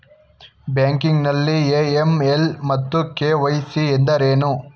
Banking ನಲ್ಲಿ AML ಮತ್ತು KYC ಎಂದರೇನು?